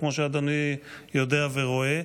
כמו שאדוני יודע ורואה.